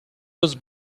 was